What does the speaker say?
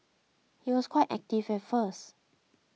he was quite active at first